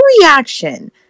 reaction